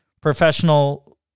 professional